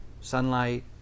Sunlight